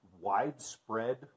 widespread